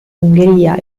ungheria